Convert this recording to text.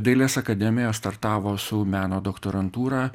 dailės akademija startavo su meno doktorantūra